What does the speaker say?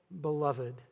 beloved